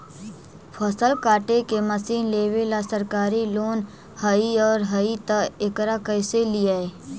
फसल काटे के मशीन लेबेला सरकारी लोन हई और हई त एकरा कैसे लियै?